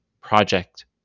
project